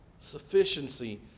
sufficiency